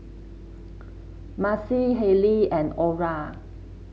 Maci Hailey and Orra